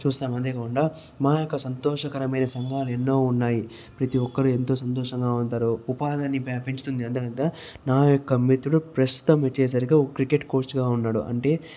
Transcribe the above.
చూస్తాము అంతేకాకుండా మా యొక్క సంతోషకరమైన సంఘాలు ఎన్నో ఉన్నాయి ప్రతి ఒక్కరు ఎంతో సంతోషంగా ఉంటారు ఉపాధిని వ్యాపించితుంది నా యొక్క మిత్రుడు ప్రస్తుతం వచ్చేసరికి ఒక క్రికెట్ కోచ్ గా ఉన్నాడు అంటే